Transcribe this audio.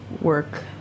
work